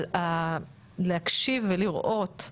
אבל להקשיב ולראות,